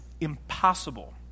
impossible